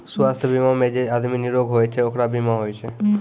स्वास्थ बीमा मे जे आदमी निरोग होय छै ओकरे बीमा होय छै